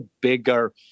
bigger